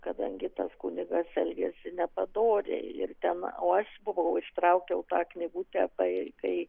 kadangi tas kunigas elgėsi nepadoriai ir ten o aš buvau ištraukiau tą knygutę pai kai